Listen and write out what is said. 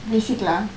basic lah